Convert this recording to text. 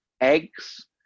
eggs